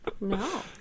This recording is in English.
No